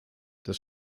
das